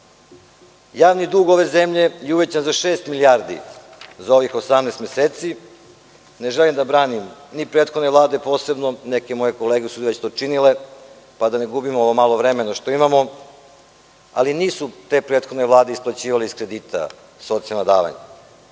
dug ove zemlje je uvećan za šest milijardi za ovih osamnaest meseci. Ne želim da branim ni prethodne vlade. Neke moje kolege su to činile, pa da ne gubimo ovo malo vremena što imamo, ali te prethodne vlade nisu isplaćivale iz kredita socijalna davanja.